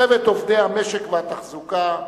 לצוות עובדי המשק והתחזוקה,